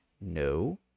No